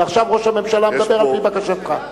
עכשיו ראש הממשלה מדבר על-פי בקשתך.